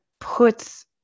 puts